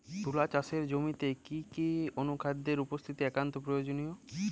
তুলা চাষের জমিতে কি কি অনুখাদ্যের উপস্থিতি একান্ত প্রয়োজনীয়?